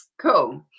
cool